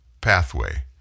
Pathway